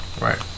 Right